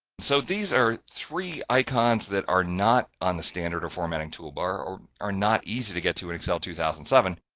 so, these are three icons that are not on the standard or formatting toolbar, or are not easy to get to in excel two thousand and seven.